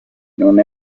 non